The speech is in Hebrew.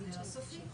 זה לא סופי?